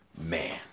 Man